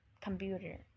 computer